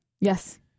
Yes